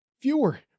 fewer